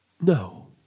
No